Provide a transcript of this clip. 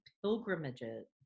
pilgrimages